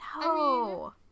no